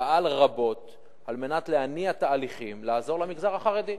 פעל רבות על מנת להניע תהליכים לעזור למגזר החרדי.